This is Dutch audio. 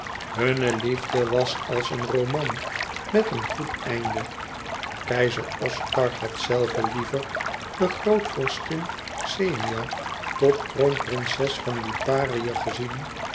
hunne liefde was als een roman met een goed einde keizer oscar had zelve liever de grootvorstin xenia tot kroonprinses van liparië gezien